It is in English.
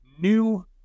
new